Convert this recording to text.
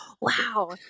wow